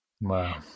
Wow